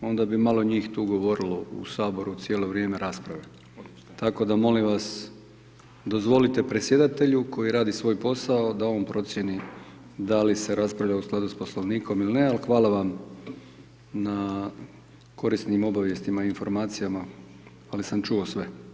onda bi malo njih tu govorilo u Saboru cijelo vrijeme rasprave, tako da molim vas, dozvolite predsjedatelju koji rad svoj posao da on procijeni da li se raspravlja u skladu s Poslovnikom ili ne ali hvala vam na korisnim obavijestima i informacijama ali sam čuo sve.